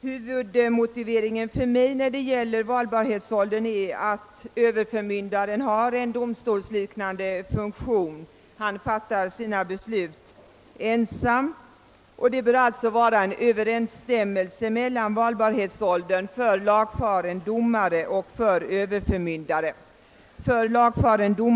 Huvudmotiveringen för mitt ställningstagande när det gäller valbarhetsåldern är att överförmyndaren har en domstolsliknande funktion — han fattar sina beslut ensam. Det bör alltså vara en överensstämmelse mellan valbarhetsåldern för lagfaren domare och för överförmyndare. För lagfaren do Till överförmyndare skall väljas en i praktiska värv väl förfaren, myndig svensk medborgare. Överförmyndare kan ej den vara som är i konkurstillstånd eller är förklarad omyndig.